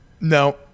No